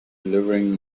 delivering